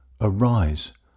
arise